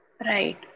Right